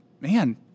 man